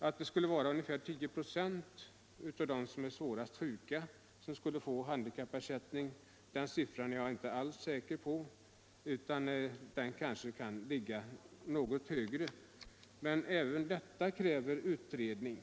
Att det skulle vara ungefär 10 96 av dem som är svårast sjuka som skulle få handikappersättning är jag inte alls säker på. Den siffran kan ligga något högre. Men även detta kräver utredning.